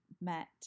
met